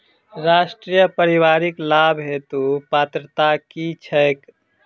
राष्ट्रीय परिवारिक लाभ हेतु पात्रता की छैक